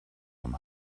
vom